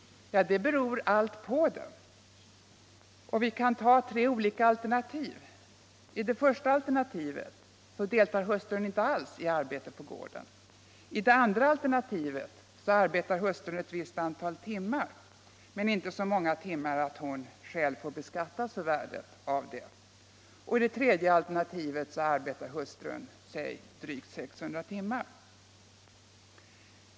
Ja, det beror allt på det. Vi kan ta tre olika alternativ: I det första alternativet deltar hustrun inte alls i arbetet på gården. I det andra alternativet arbetar hustrun ett visst antal timmar men inte så många timmar att hon själv får beskattas för värdet av arbetsinsatsen. I det tredje alternativet arbetar hustrun drygt 600 timmar.